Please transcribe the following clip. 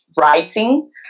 writing